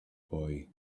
boy